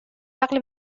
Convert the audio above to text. عقلی